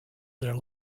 their